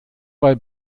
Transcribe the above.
bei